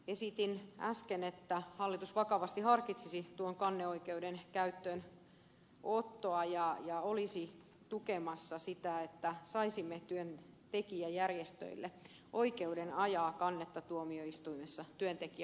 esitin äsken että hallitus vakavasti harkitsisi tuon kanneoikeuden käyttöönottoa ja olisi tukemassa sitä että saisimme työntekijäjärjestöille oikeuden ajaa kannetta tuomioistuimissa työntekijän puolesta